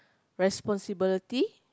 responsibility